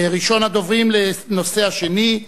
ראשון הדוברים בנושא השני,